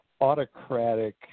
autocratic